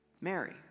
Mary